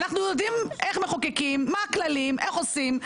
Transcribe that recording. אנחנו יודעים איך מחוקקים, מה הכללים, איך עושים.